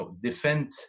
defend